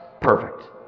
perfect